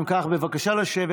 אם כך, בבקשה לשבת.